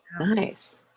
nice